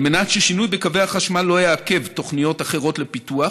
על מנת ששינוי בקווי החשמל לא יעכב תוכניות אחרות לפיתוח